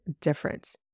difference